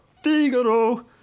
Figaro